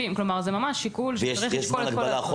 כלומר זה ממש שיקול שצריך לשקול את כל --- יש זמן הגבלה אחורה?